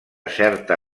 certa